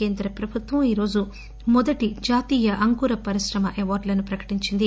కేంద్ర ప్రభుత్వం ఈ రోజు మొదటి జాతీయ అంకుర పరిశ్రమ అవార్గులను ప్రకటించింది